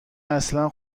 اصلا